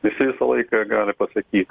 nes jis visą laiką gali pasakyt